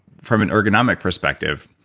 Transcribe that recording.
from an ergonomic perspective